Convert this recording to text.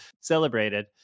celebrated